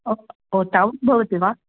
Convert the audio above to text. ओ ओ तावद्भवति वा